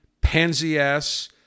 pansy-ass